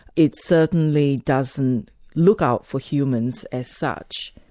it certainly doesn't look out for humans as such.